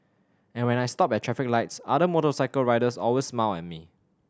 and when I stop at traffic lights other motorcycle riders always smile at me